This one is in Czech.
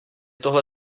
tohle